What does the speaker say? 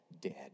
dead